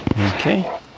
okay